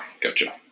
Gotcha